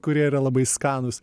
kurie yra labai skanūs